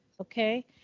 Okay